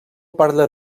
parla